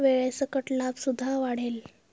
वेळेसकट लाभ सुद्धा वाढेल